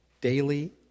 daily